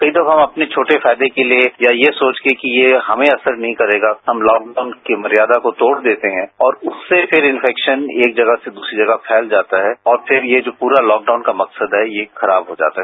कई दफा हम अपने छोटे फायदे के लिए या ये सोचकर कि ये हमें असर नहीं करेगा हम तॉकडाउन की मर्याया को तोड़ देते हैं और उससे फिर इन्फेक्शन एक जगह से दूसरी जगह फैल जाता है और फिर ये जो पूरा तॉकडाउन का मकसद है ये खराब हो जाता है